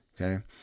Okay